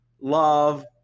love